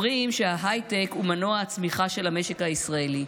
אומרים שההייטק הוא מנוע הצמיחה של המשק הישראלי,